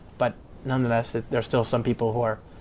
but nonetheless, there are still some people who are,